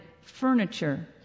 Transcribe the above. furniture